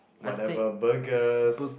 whatever burgers